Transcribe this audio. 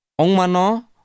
ongmano